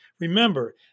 Remember